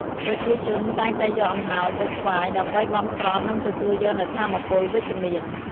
ប្រជាជនតែងតែយកអំណោយទៅថ្វាយ ដើម្បីបន់ស្រន់ និងទទួលយកនូវថាមពលវិជ្ជមាន។